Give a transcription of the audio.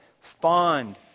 fond